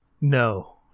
No